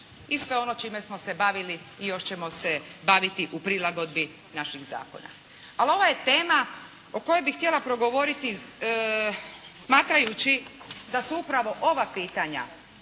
i sve ono čime smo se bavili i još ćemo se baviti u prilagodbi naših zakona. Ali ovo je tema o kojoj bi htjela progovoriti smatrajući da su upravo ova pitanja